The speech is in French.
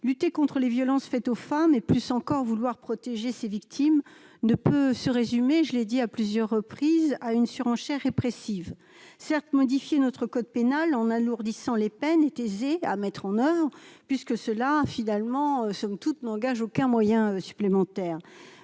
lutter contre les violences faites aux femmes, et plus encore vouloir protéger ses victimes ne peut se résumer, je l'ai dit à plusieurs reprises à une surenchère répressive, certes modifié notre code pénal en alourdissant les peines est à mettre en heures, puisque cela a finalement somme toute n'engage aucun moyen supplémentaire,